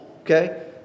okay